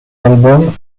albums